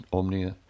omnia